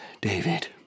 David